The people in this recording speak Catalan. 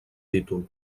títol